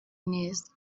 neza